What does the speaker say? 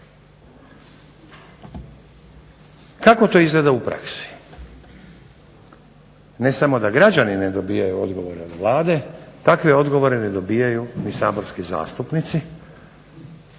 Kako to izgleda u praksi? Ne samo da građani ne dobivaju odgovore od Vlade takve odgovore ne dobivaju ni saborski zastupnici